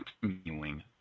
continuing